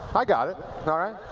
i got it. all right?